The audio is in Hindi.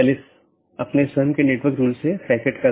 यह कनेक्टिविटी का तरीका है